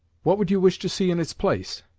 what would you wish to see in its place?